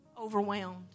Overwhelmed